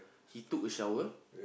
he took a shower